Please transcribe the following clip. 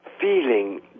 feeling